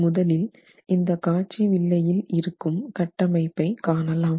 முதலில் இந்த காட்சி வில்லையில் இருக்கும் கட்டமைப்பை காணலாம்